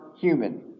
human